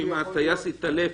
שאם הטייס התעלף,